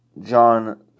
John